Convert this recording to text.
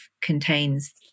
contains